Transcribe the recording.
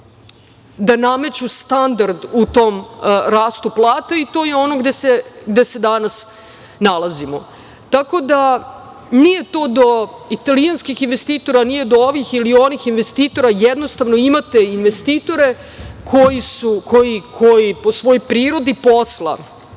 da nameću standard u tom rastu plata i to je ono gde se danas nalazimo. Tako da nije to do italijanskih investitora, nije do ovih ili onih investitora. Jednostavno, imate investitore koji, po svojoj prirodi posla,